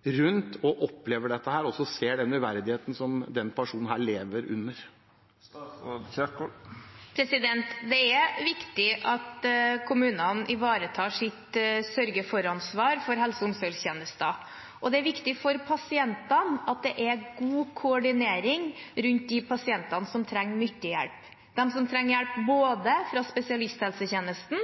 Det er viktig at kommunene ivaretar sitt sørge-for-ansvar for helse- og omsorgstjenester, og det er viktig for pasientene at det er god koordinering rundt dem som trenger mye hjelp, de som trenger hjelp både fra spesialisthelsetjenesten